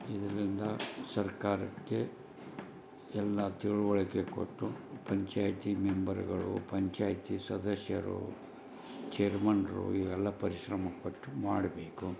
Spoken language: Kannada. ಇದರಿಂದ ಸರ್ಕಾರಕ್ಕೆ ಎಲ್ಲಾ ತಿಳುವಳಕೆ ಕೊಟ್ಟು ಪಂಚಾಯತಿ ಮೆಂಬರ್ಗಳು ಪಂಚಾಯತಿ ಸದಸ್ಯರು ಚೇರ್ಮನ್ರು ಇವರೆಲ್ಲ ಪರಿಶ್ರಮ ಪಟ್ಟು ಮಾಡಬೇಕು